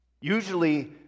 Usually